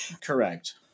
correct